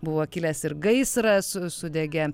buvo kilęs ir gaisras su sudegė